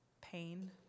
pain